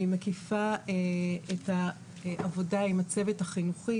שהיא מקיפה את העבודה עם הצוות החינוכי,